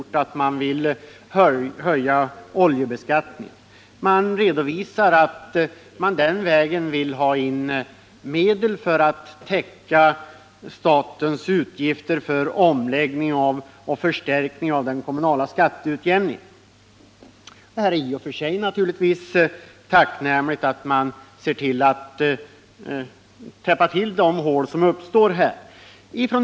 Nr 168 höja oljebeskattningen. Det redovisas att man den vägen vill få in medel för Onsdagen den att täcka statens utgifter för omläggning och förstärkning av den kommunala 6 juni 1979 skatteutjämningen. Det är naturligtvis i och för sig tacknämligt att vilja se till att man kan täppa till de hål som kan uppstå här.